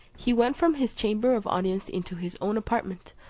he went from his chamber of audience into his own apartment,